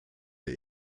der